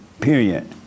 period